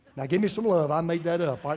now give me some love. i made that up, ah